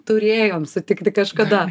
turėjome sutikti kažkada